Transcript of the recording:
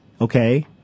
okay